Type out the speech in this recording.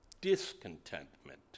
discontentment